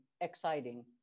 exciting